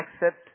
accept